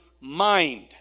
mind